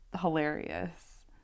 hilarious